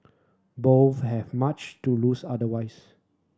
both have much to lose otherwise